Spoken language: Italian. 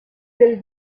del